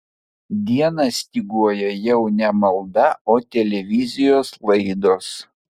dieną styguoja jau ne malda o televizijos laidos